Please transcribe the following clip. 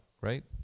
right